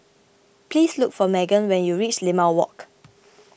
please look for Maegan when you reach Limau Walk